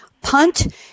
punt